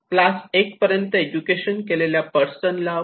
class 1 पर्यंत education केलेल्या person ला 0